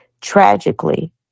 Tragically